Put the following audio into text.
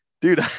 Dude